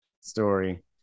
story